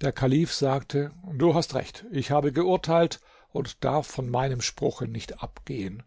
der kalif sagte du hast recht ich habe geurteilt und darf von meinem spruche nicht abgehen